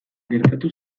gertatu